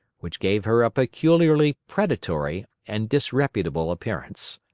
which gave her a peculiarly predatory and disreputable appearance.